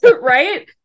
right